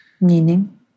Meaning